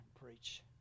preach